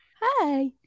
Hi